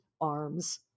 arms